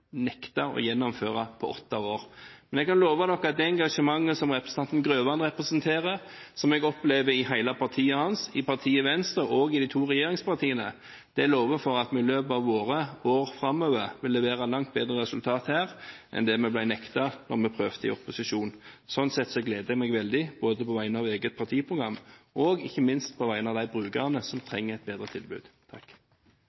nektet å gjennomføre på åtte år. Jeg kan love dere at det engasjementet som representanten Grøvan representerer, og som jeg opplever i hele hans parti, i partiet Venstre og i de to regjeringspartiene, lover godt for at vi i løpet av våre år framover vil levere langt bedre resultater her enn det som vi ble nektet å gjøre da vi prøvde i opposisjon. Sånn sett gleder jeg meg veldig – både på vegne av eget partiprogram og ikke minst på vegne av de brukerne som